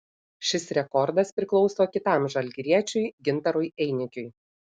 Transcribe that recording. šis rekordas priklauso kitam žalgiriečiui gintarui einikiui